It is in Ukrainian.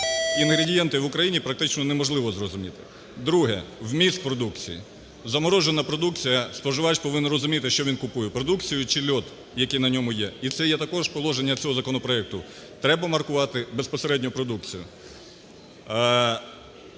Інгредієнти в Україні практично неможливо зрозуміти. Друге – вміст продукції. Заморожена продукція, споживач повинен розуміти, що він купує, продукцію чи лід, який на ній є. І це є також положення цього законопроекту. Треба маркувати безпосередньо продукцію,